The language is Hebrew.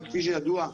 וכפי שידוע,